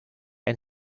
and